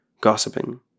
gossiping